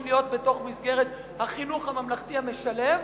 להיות בתוך מסגרת החינוך הממלכתי המשלב,